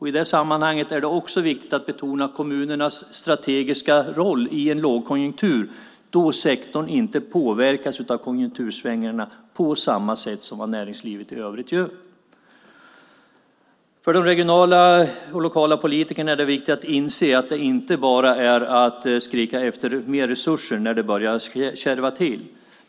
I det sammanhanget är det också viktigt att betona kommunernas strategiska roll i en lågkonjunktur då sektorn inte påverkas av konjunktursvängningarna på samma sätt som näringslivet i övrigt gör. För de regionala och lokala politikerna är det viktigt att inse att det inte bara är att skrika efter mer resurser när det börjar kärva till.